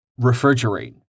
Refrigerate